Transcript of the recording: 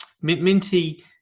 Minty